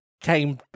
came